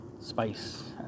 spice